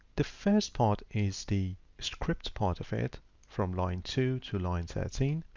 the first part is the script part of it from line two to line thirteen.